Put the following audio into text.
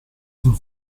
sul